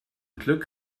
glück